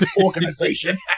organization